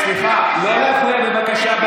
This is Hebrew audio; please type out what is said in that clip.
--- סליחה, לא להפריע, בבקשה.